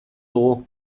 dugu